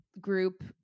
group